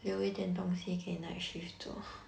留一点东西给 night shift 做